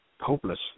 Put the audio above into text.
hopeless